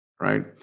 right